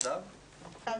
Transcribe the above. טל